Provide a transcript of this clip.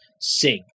sing